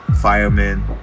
firemen